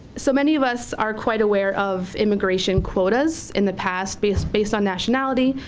so many of us are quite aware of immigration quotas in the past based based on nationality,